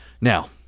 Now